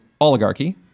oligarchy